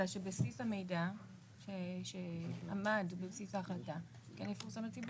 אלא שבסיס המידע שעמד בבסיס ההחלטה כן יפורסם לציבור.